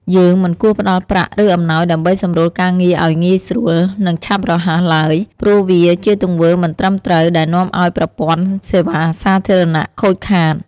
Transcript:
យើងមិនគួរផ្ដល់ប្រាក់ ឬអំណោយដើម្បីសម្រួលការងារឲ្យងាយស្រួល និងឆាប់រហ័សឡើយ ព្រោះវាជាទង្វើមិនត្រឹមត្រូវដែលនាំឲ្យប្រព័ន្ធសេវាសាធារណៈខូចខាត។